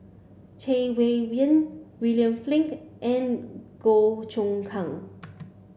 Chay Weng Yew William Flint and Goh Choon Kang